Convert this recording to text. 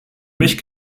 mich